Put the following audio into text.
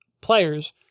players